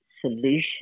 solution